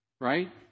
right